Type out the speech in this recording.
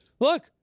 look